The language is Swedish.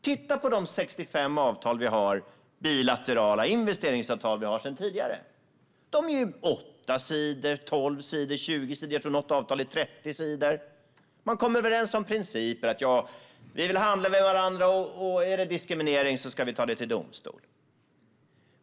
Titta på de 65 bilaterala investeringsavtal vi har sedan tidigare! De är på 8, 12 och 20 sidor. Jag tror att något avtal är på 30 sidor. Man kom överens om principer: Vi vill handla med varandra, och om det blir diskriminering ska vi ta det till domstol.